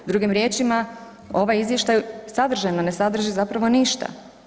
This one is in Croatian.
Drugim riječima, ovaj izvještaj sadržajno ne sadrži zapravo ništa.